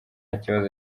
kibazo